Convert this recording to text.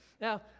Now